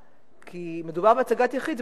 מדובר בהצגת יחיד,